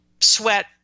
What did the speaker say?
sweat